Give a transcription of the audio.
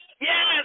Yes